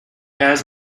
was